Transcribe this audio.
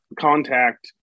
contact